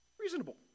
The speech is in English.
reasonable